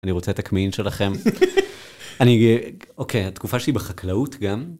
אני רוצה את הכמהין שלכם. אוקיי, התקופה שלי בחקלאות גם.